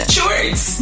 Shorts